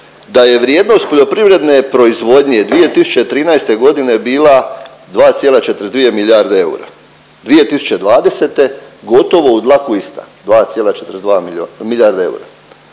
da je vrijednost poljoprivredne proizvodnje 2013. godine bila 2,42 milijarde eura, 2020. gotovo u dlaku ista, 2,42 mil… milijarde eura